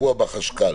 תקוע בחשכ"ל,